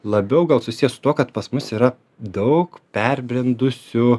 labiau gal susiję su tuo kad pas mus yra daug perbrendusių